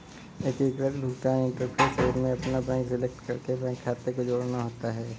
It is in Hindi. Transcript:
एकीकृत भुगतान इंटरफ़ेस ऐप में अपना बैंक सेलेक्ट करके बैंक खाते को जोड़ना होता है